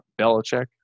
belichick